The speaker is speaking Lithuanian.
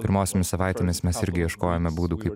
pirmosiomis savaitėmis mes irgi ieškojome būdų kaip